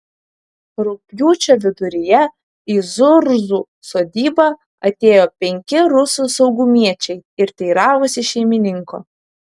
rugpjūčio viduryje į zurzų sodybą atėjo penki rusų saugumiečiai ir teiravosi šeimininko